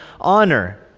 honor